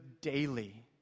daily